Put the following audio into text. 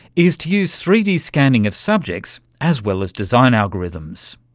is to use three d scanning of subjects as well as design algorithms.